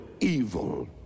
evil